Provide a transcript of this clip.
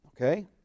Okay